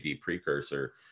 precursor